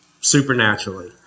supernaturally